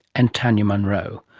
and tanya monro.